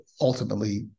ultimately